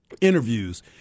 interviews